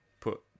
put